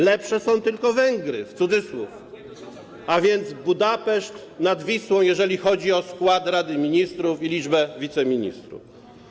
Lepsze są tylko Węgry, w cudzysłowie, a więc mamy Budapeszt nad Wisłą, jeżeli chodzi o skład Rady Ministrów i liczbę wiceministrów.